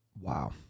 Wow